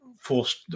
forced